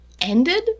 ended